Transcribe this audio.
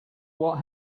what